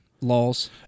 laws